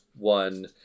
one